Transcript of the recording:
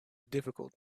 difficult